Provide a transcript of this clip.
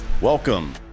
Welcome